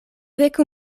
veku